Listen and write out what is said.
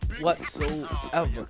whatsoever